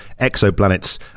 exoplanets